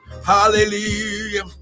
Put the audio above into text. Hallelujah